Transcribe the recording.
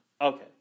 Okay